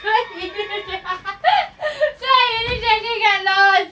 you are shaking a lot